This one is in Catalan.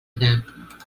gran